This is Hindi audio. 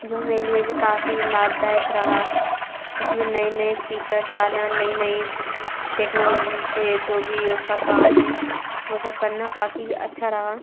जो मेरे लिए भी काफ़ी लाभदायक रहा उसमें नए नए फ़ीचर्स आना नई नई टेक्नोलॉजी से जो भी उसका काम है वह सब करना काफ़ी अच्छा रहा